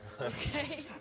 Okay